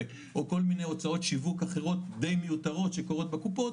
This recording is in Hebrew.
או כל מיני הוצאות שיווק אחרות די מיותרות שקורות בקופות,